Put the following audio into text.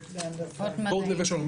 נווה שלום.